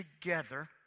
together